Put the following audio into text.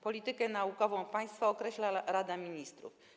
Politykę naukową państwa określa Rada Ministrów.